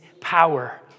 power